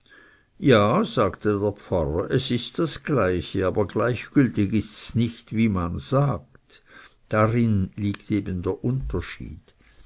ja sagte der pfarrer es ist das gleiche aber gleichgültig ists nicht wie man sagt darin liegt eben der unterschied